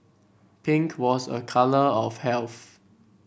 pink was a colour of health